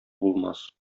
булмас